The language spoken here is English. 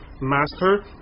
Master